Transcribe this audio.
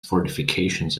fortifications